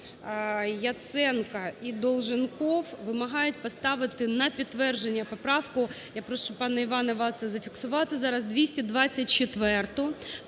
Яценко і Долженков вимагають поставити на підтвердження поправку, я прошу, пане Іване, вас зафіксувати, 224-у.